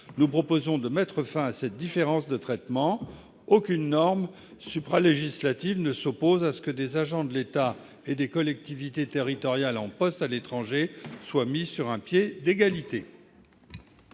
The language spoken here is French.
Nous proposons de mettre fin à cette différence de traitement. Aucune norme supra-législative ne s'oppose à ce que des agents de l'État et des collectivités territoriales en poste à l'étranger soient mis sur un pied d'égalité.